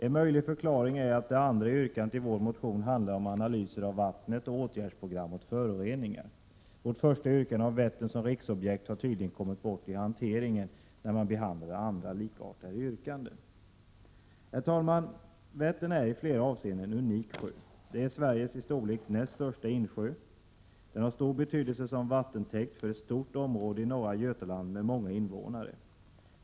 En möjlig förklaring är att det andra yrkandet i vår motion 6 juni 1988 handlar om analyser av vattnet och åtgärdsprogram mot föroreningar. Vårt första yrkande om Vättern som riksobjekt har tydligen kommit bort i hanteringen när man behandlat andra likartade yrkanden. Herr talman! Vättern är i flera avseenden en unik sjö. Det är Sveriges i storlek näst största insjö. Den har stor betydelse som vattentäkt för ett stort område i norra Götaland med många invånare.